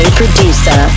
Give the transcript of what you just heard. producer